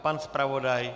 Pan zpravodaj?